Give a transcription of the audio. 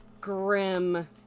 grim